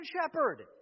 shepherd